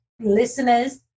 listeners